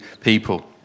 people